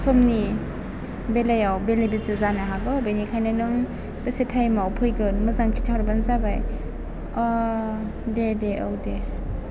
समनि बेलायाव बेले बेजे जानो हागौ बेनिखायनो नों बेसे थाइमआव फैगोन मोजां खिन्थाहरबानो जाबाय दे दे औ दे